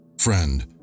Friend